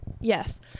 yes